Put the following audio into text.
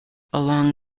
along